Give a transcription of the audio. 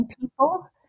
people